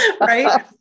Right